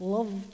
Love